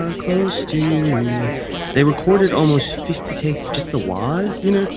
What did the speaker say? ah close to you they recorded almost fifty takes of just the wahs, you know,